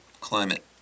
climate